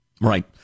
Right